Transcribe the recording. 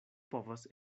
povas